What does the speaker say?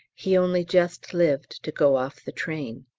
he only just lived to go off the train.